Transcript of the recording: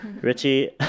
Richie